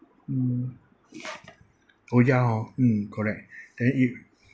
mm oh ya hor correct then if